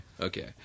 Okay